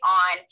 on